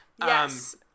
Yes